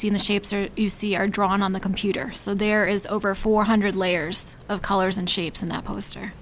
in the shapes are you see are drawn on the computer so there is over four hundred layers of colors and shapes in that poster